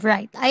Right